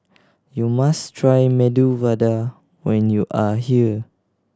you must try Medu Vada when you are here